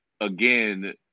again